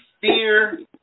fear